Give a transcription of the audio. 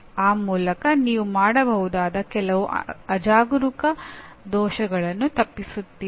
ಆ ಮೂಲಕ ನೀವು ಮಾಡಬಹುದಾದ ಕೆಲವು ಅಜಾಗರೂಕ ದೋಷಗಳನ್ನು ತಪ್ಪಿಸುತ್ತೀರಿ